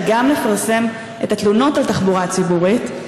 וגם לפרסם את התלונות על תחבורה ציבורית.